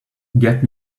get